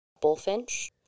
bullfinch